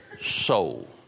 soul